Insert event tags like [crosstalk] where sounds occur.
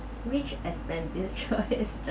which expenditure is that [laughs]